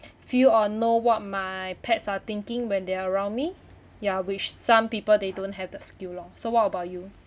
feel or know what my pets are thinking when they're around me ya which some people they don't have that skill lor so what about you